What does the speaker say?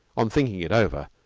on thinking it over,